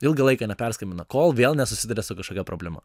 ilgą laiką neperskambina kol vėl nesusiduria su kažkokia problema